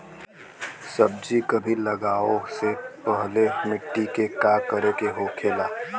सब्जी कभी लगाओ से पहले मिट्टी के का करे के होखे ला?